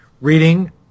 reading